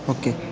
okay